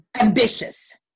ambitious